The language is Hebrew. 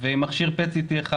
עם מכשיר PET-CT אחד.